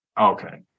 Okay